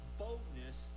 boldness